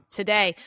today